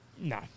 No